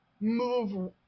move